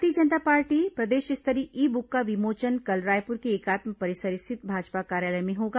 भारतीय जनता पार्टी प्रदेश स्तरीय ई बुक का विमोचन कल रायपुर के एकात्म परिसर स्थित भाजपा कार्यालय में होगा